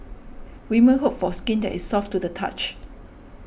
women hope for skin that is soft to the touch